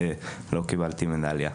ולא קיבלתי מדליה.